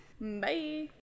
Bye